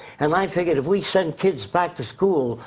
and i figured, if we sent kids back to school,